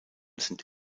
sind